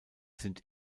sind